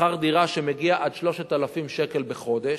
שכר דירה שמגיע עד 3,000 שקל בחודש.